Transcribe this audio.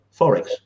forex